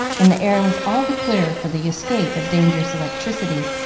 and the air was all the clearer for the escape of dangerous electricity.